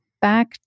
back